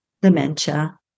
dementia